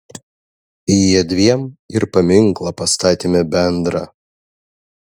jiedviem ir paminklą pastatėme bendrą